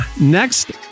next